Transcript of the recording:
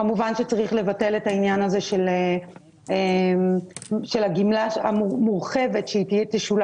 כמובן שצריך לבטל את העניין הזה של הגמלה המורחבת שתשולם